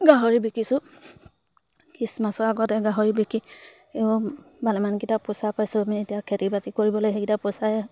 গাহৰি বিকিছোঁ খ্ৰীষ্টমাছৰ আগতে গাহৰি বিকি এও ভালেমানকেইটা পইচা পাইছোঁ আমি এতিয়া খেতি বাতি কৰিবলৈ সেইকেইটা পইচাই